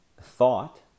thought